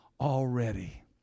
already